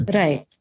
right